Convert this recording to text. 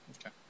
Okay